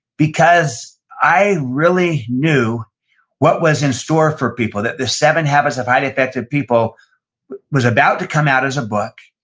because i really knew what was in store for people, that the seven habits of highly effective people was about to come out as a book,